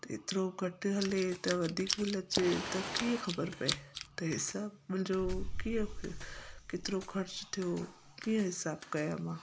एतिरो घटि हले त वधीक बिल अचे त कीअं ख़बर पिए त हिसाबु मुंहिंजो कीअं केतिरो ख़र्चु थियो कीअं हिसाबु कयां मां